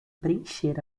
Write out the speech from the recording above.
preencher